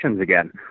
again